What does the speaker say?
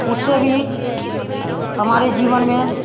उससे भी हमारे जीवन में